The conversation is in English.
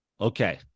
okay